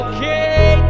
Okay